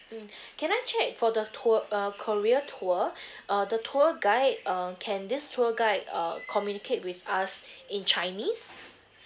mm can I check for the tour uh korea tour uh the tour guide err can this tour guide err communicate with us in chinese